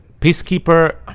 Peacekeeper